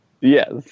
Yes